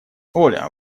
оля